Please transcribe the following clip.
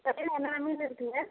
கடையில எல்லா மீனும் இருக்குங்க